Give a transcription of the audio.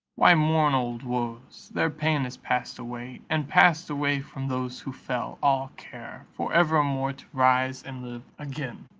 why mourn old woes? their pain has passed away and passed away, from those who fell, all care, for evermore, to rise and live again.